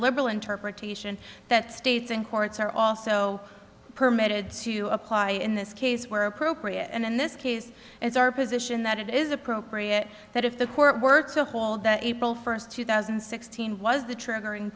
liberal interpretation that states and courts are also permitted to apply in this case where appropriate and in this case it's our position that it is appropriate that if the court were to haul that april first two thousand and sixteen was the trigger in